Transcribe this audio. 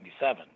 1977